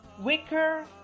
Wicker